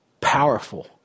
powerful